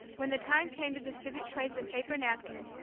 when the time came to distribute plates and paper napkins,